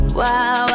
wow